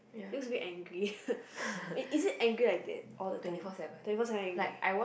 looks a bit angry is it angry like that all the time twenty four seven angry